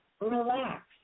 relax